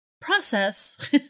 process